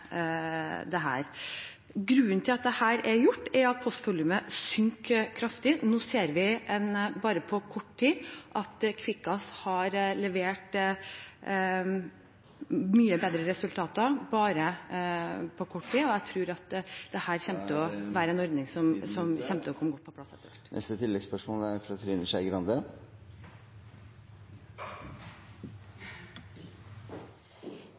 Grunnen til at dette er gjort, er at postvolumet synker kraftig. Nå ser vi at Kvikkas har levert mye bedre resultater bare på kort tid, og jeg tror at dette er en ordning som vil komme godt på plass etter hvert. Trine Skei Grande – til oppfølgingsspørsmål. Jeg er